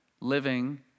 living